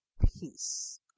peace